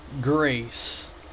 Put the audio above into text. grace